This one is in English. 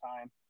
time